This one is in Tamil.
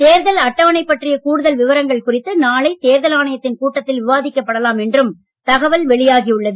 தேர்தல் அட்டவணை பற்றிய கூடுதல் விவரங்கள் குறித்து நாளை தேர்தல் ஆணையத்தின் கூட்டத்தில் விவாதிக்கப்படலாம் என்றும் தகவல் வெளியாகி உள்ளது